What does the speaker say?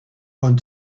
want